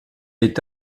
est